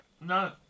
No